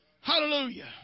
Hallelujah